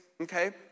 okay